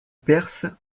perse